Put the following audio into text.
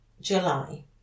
July